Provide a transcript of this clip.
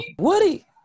Woody